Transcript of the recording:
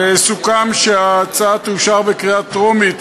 וסוכם שההצעה תאושר בקריאה טרומית.